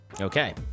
Okay